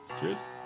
Cheers